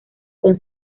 con